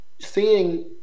Seeing